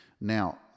Now